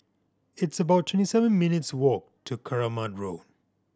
it's about twenty seven minutes' walk to Keramat Road